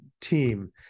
team